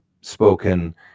spoken